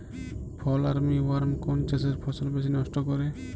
ফল armyworm কোন চাষের ফসল বেশি নষ্ট করে?